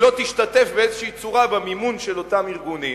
באיזו צורה במימון של אותם ארגונים.